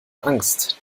angst